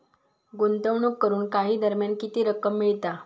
गुंतवणूक करून काही दरम्यान किती रक्कम मिळता?